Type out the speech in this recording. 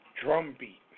drumbeat